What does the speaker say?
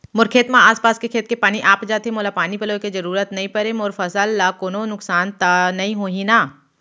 मोर खेत म आसपास के खेत के पानी आप जाथे, मोला पानी पलोय के जरूरत नई परे, मोर फसल ल कोनो नुकसान त नई होही न?